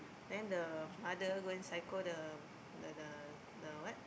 then the mother go and psycho the the the the what